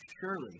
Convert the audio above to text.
surely